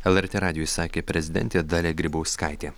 lrt radijui sakė prezidentė dalia grybauskaitė